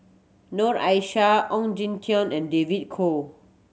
Noor Aishah Ong Jin Teong and David Kwo